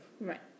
Right